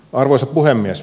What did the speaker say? arvoisa puhemies